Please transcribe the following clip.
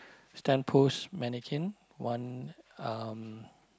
stand post mannequin one um